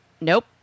Nope